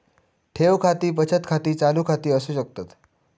ठेव खाती बचत खाती, चालू खाती असू शकतत